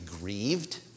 grieved